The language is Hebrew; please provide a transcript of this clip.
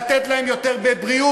לתת להם יותר בבריאות,